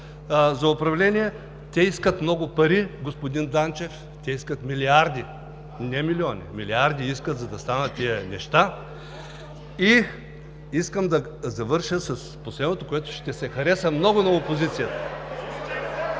естествено. Те искат много пари, господин Данчев, те искат милиарди! Не милиони, милиарди искат, за да станат тези неща. Искам да завърша с последното, което ще се хареса много на опозицията.